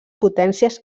potències